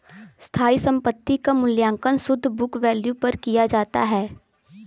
स्थायी संपत्ति क मूल्यांकन शुद्ध बुक वैल्यू पर किया जाता है